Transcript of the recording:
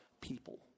people